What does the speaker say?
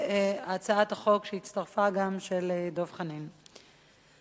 והצעת החוק של חבר הכנסת דב חנין שהצטרפה,